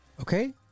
okay